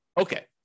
Okay